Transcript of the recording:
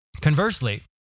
Conversely